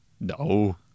No